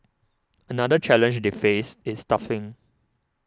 another challenge they faced is staffing